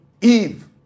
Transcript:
Eve